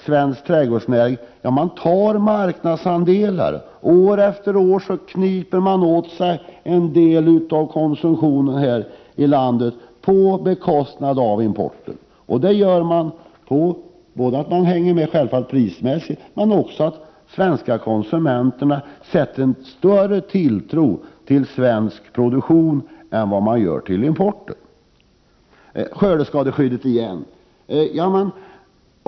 Svensk trädgårdsnäring tar marknadsandelar. För varje år lyckas man täcka in alltmer av konsumtionen i landet, på bekostnad av importen. Det gör att man hänger med prismässigt och att svenska konsumenter sätter större tilltro till svensk produktion än till import. Sedan åter något om skördeskadeskyddet.